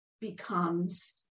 becomes